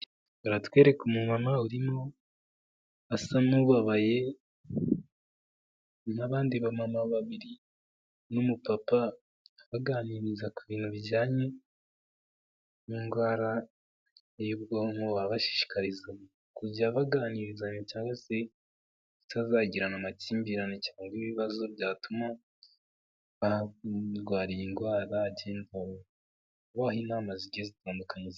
Baratwereka umuma urimo asa n'ubabaye n'abandi ba mama babiri n'umupapa abaganiriza ku bintu bijyanyedwara y'ubwonko babashishikariza kujya baganirizaya cyangwa se kutazagirana amakimbirane cyangwa ibibazo byatuma barwa iyi ndwara agendabahoha inama zigize zitandukanyeizo.